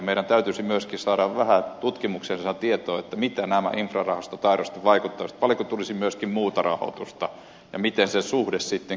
meidän täytyisi myöskin saada vähän tutkimuksellista tietoa siitä miten nämä infrarahastot aidosti vaikuttaisivat paljonko tulisi myöskin muuta rahoitusta ja miten se suhde sitten kehykseen on